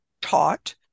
taught